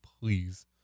Please